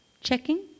Checking